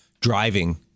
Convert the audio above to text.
driving